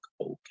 okay